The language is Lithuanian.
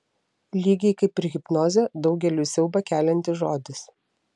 lygiai kaip ir hipnozė daugeliui siaubą keliantis žodis